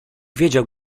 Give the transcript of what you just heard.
wiedział